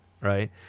right